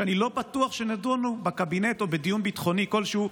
ואני לא בטוח שהן נדונו בקבינט או בדיון ביטחוני כלשהו,